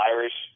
Irish